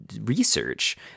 research